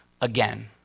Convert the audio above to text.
again